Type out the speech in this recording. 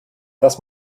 das